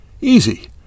Easy